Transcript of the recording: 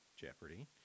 Jeopardy